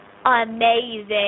Amazing